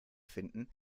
finden